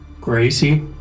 Gracie